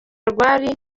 rwari